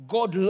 God